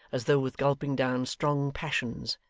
as though with gulping down strong passions,